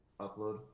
upload